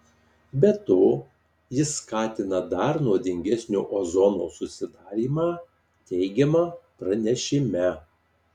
be to jis skatina dar nuodingesnio ozono susidarymą teigiama pranešime